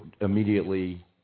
immediately